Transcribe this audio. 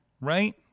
right